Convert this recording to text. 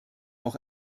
auch